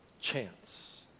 chance